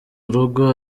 urugo